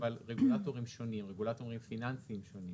אבל רגולטורים פיננסיים שונים.